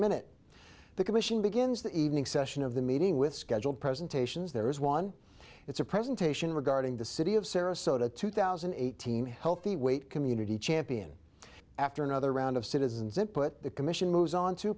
minute the commission begins the evening session of the meeting with scheduled presentations there is one it's a presentation regarding the city of sarasota two thousand and eighteen healthy weight community champion after another round of citizens input the commission moves on to